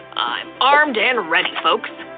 i'm armed and ready, folks!